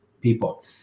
people